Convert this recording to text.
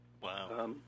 Wow